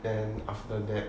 then after that